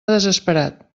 desesperat